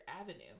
Avenue